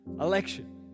Election